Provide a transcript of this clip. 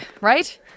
right